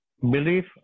belief